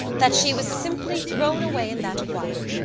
that she was simply thrown away in that choir.